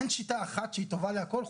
אין שיטה אחת שהיא טובה לכול,